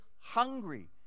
hungry